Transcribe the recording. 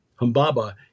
Humbaba